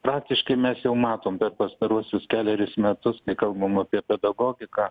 praktiškai mes jau matom per pastaruosius kelerius metus kai kalbam apie pedagogiką